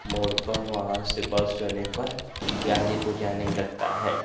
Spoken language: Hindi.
मोड पर वहाँ से बस जाने पर गाजीपुर जाने लगता है